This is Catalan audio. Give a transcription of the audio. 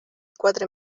quatre